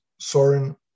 Soren